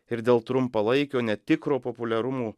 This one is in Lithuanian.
ir dėl trumpalaikio netikro populiarumų